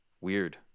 Weird